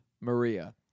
Maria